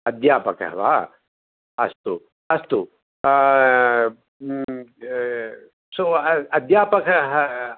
अध्यापकः वा अस्तु अस्तु सो अध्यापकः